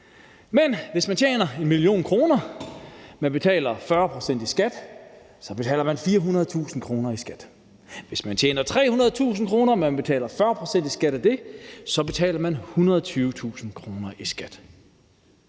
det: Hvis man tjener 1 mio. kr. og man betaler 40 pct. i skat, så betaler man 400.000 kr. i skat; hvis man tjener 300.000 kr. og man betaler 40 pct. af det i skat, så betaler man 120.000 kr. i skat.